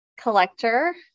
collector